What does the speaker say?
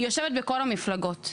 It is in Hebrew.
היא יושבת בכל המפלגות.